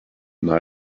night